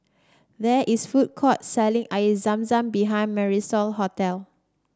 there is food court selling Air Zam Zam behind Marisol hotel